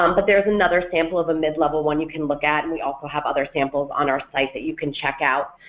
um but there's another sample of a mid-level one you can look at and we also have other samples on our site that you can check out.